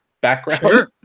background